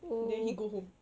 then he go home